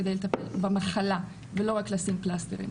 כדי לטפל במחלה ולא רק לשים פלסטר.